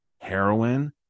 heroin